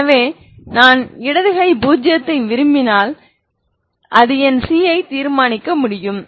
எனவே நான் இடது கை பூஜ்ஜியத்தை விரும்பினால் அது என் c ஐ தீர்மானிக்க முடியும்